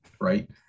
right